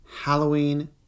Halloween